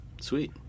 Sweet